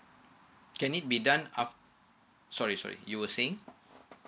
can it be done uh sorry sorry you were saying